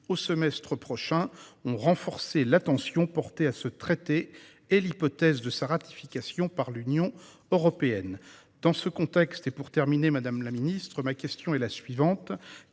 au semestre prochain ont renforcé l'attention portée à ce traité et à l'hypothèse de sa ratification par l'Union européenne. Dans ce contexte, madame la secrétaire d'État, ma question est la suivante